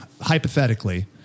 hypothetically